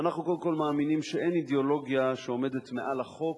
אנחנו קודם כול מאמינים שאין אידיאולוגיה שעומדת מעל החוק